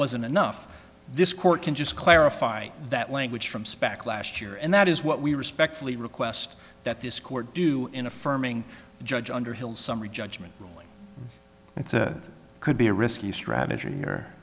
wasn't enough this court can just clarify that language from spec last year and that is what we respectfully request that this court do in affirming judge underhill summary judgment ruling and it could be a risky strategy or